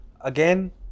again